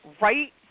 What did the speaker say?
Right